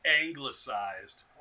Anglicized